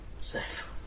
Safe